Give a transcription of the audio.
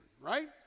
right